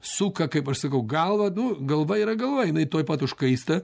suka kaip aš sakau galvą nu galva yra galva jinai tuoj pat užkaista